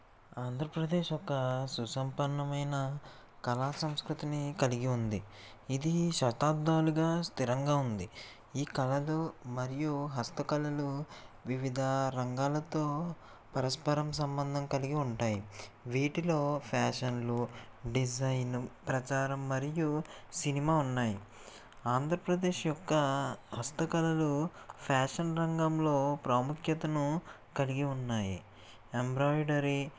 ఆంధ్రప్రదేశ్ ఒక సుసంపన్నమైన కళా సంస్కృతిని కలిగి ఉంది ఇది శతాబ్దాలుగా స్థిరంగా ఉంది ఈ కళలు మరియు హస్తకళలు వివిధ రంగాలతో పరస్పరం సంబంధం కలిగి ఉంటాయి వీటిలో ఫ్యాషన్లు డిజైన్ ప్రచారం మరియు సినిమా ఉన్నాయి ఆంధ్రప్రదేశ్ యొక్క హస్తకళలు ఫ్యాషన్ రంగంలో ప్రాముఖ్యతను కలిగి ఉన్నాయి ఎంబ్రాయిడరీ